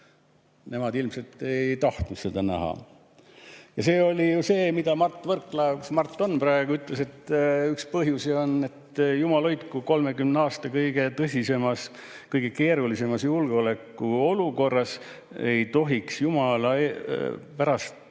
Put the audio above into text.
ole, ilmselt ei tahtnud seda näha. See oli ju see, mida Mart Võrklaev – kus Mart on praegu? – ütles, et üks põhjusi on, et jumal hoidku, 30 aasta kõige tõsisemas, kõige keerulisemas julgeolekuolukorras ei tohiks mingil